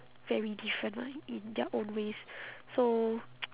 very different [one] in their own ways so